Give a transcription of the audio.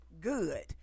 good